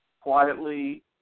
quietly